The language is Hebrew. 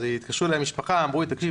התקשרה אלי המשפחה ואמרו לי 'תקשיב,